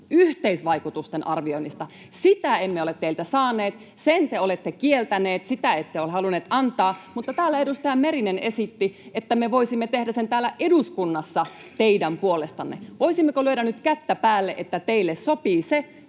yhteisvaikutusten arvioinnista. Sitä emme ole teiltä saaneet, sen te olette kieltäneet, sitä ette ole halunneet antaa. Mutta täällä edustaja Merinen esitti, että me voisimme tehdä sen täällä eduskunnassa teidän puolestanne. Voisimmeko lyödä nyt kättä päälle, että teille sopii se,